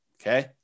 Okay